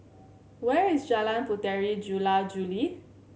where is Jalan Puteri Jula Juli